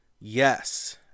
Yes